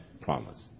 promise